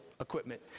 equipment